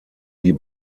wie